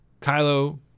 Kylo